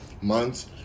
months